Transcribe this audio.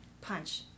Punch